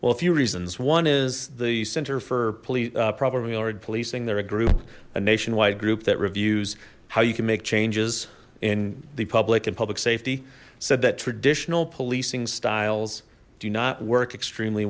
well a few reasons one is the center for polly problem we already policing they're a group a nationwide group that reviews how you can make changes in the public and public safety said that traditional policing styles do not work extremely